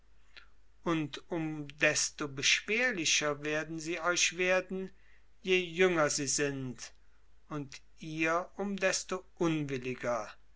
und um desto beschwerlicher werden sie euch werden je jünger sie sind und ihr um desto unwilliger